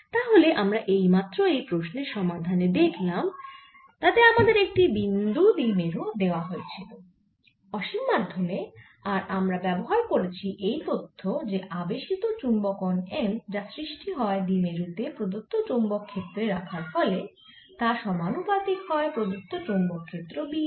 তাহলে আমরা এইমাত্র যেই প্রশ্নের সমাধান দেখলাম তাতে আমাদের একটি বিন্দু দ্বিমেরু দেওয়া হয়েছিল অসীম মাধ্যমে আর আমরা ব্যবহার করেছি এই তথ্য যে আবেশিত চুম্বকন M যা সৃষ্টি হয় দ্বিমেরু তে প্রদত্ত চৌম্বক ক্ষেত্রে রাখার ফলে তা সমানুপাতিক হয় প্রদত্ত চৌম্বক ক্ষেত্র B এর